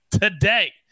today